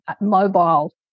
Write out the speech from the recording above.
mobile